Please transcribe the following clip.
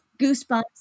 goosebumps